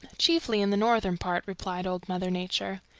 chiefly in the northern part, replied old mother nature.